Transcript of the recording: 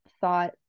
thought